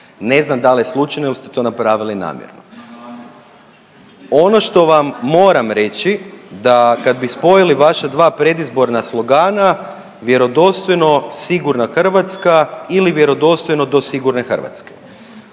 ne znam da li je slučajno ili ste to napravili namjerno. Ono što vam moram reći da kad bi spojili vaša dva predizborna slogana vjerodostojno, sigurna Hrvatska ili vjerodostojno do sigurne Hrvatske.